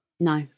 No